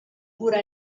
pura